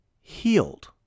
healed